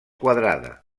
quadrada